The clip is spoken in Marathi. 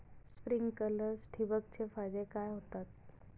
स्प्रिंकलर्स ठिबक चे फायदे काय होतात?